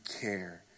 care